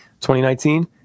2019